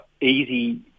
easy